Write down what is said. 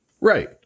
Right